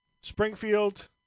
Springfield